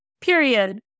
Period